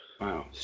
Wow